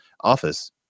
office